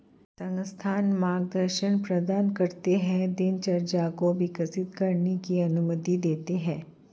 संस्थान मार्गदर्शन प्रदान करते है दिनचर्या को विकसित करने की अनुमति देते है